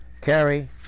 carry